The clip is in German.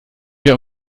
wir